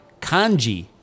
Kanji